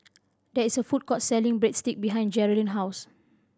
there is a food court selling Breadstick behind Jerrilyn house